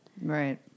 Right